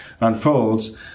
unfolds